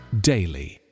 daily